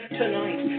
tonight